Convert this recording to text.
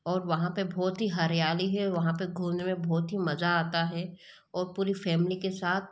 और वहाँ पर बहुत ही हरियाली है वहाँ पर घूमने में बहुत ही मज़ा आता है और पूरी फैमिली के साथ